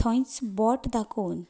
थंयच बोट दाखोवन